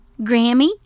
Grammy